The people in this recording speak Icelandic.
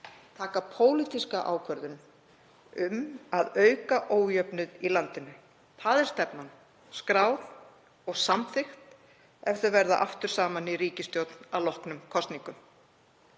taka pólitíska ákvörðun um að auka ójöfnuð í landinu. Það er stefnan, skráð og samþykkt, ef þau verða aftur saman í ríkisstjórn að loknum kosningum.